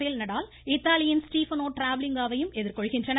பேல் நடால் இத்தாலியின் Stefano Travaglia வையும் எதிர்கொள்கின்றனர்